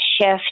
shift